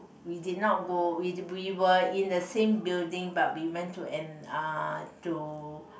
we did not go with we were in the same building but we went to in a to